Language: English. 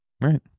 right